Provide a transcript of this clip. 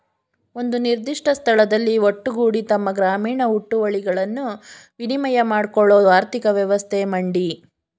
ಒಂದು ನಿರ್ದಿಷ್ಟ ಸ್ಥಳದಲ್ಲಿ ಒಟ್ಟುಗೂಡಿ ತಮ್ಮ ಗ್ರಾಮೀಣ ಹುಟ್ಟುವಳಿಗಳನ್ನು ವಿನಿಮಯ ಮಾಡ್ಕೊಳ್ಳೋ ಆರ್ಥಿಕ ವ್ಯವಸ್ಥೆ ಮಂಡಿ